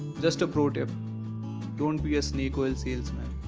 just a pro tip don't be a snake oil salesman.